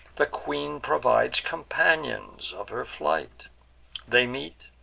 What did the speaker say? the queen provides companions of her flight they meet,